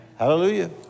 Hallelujah